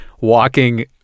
walking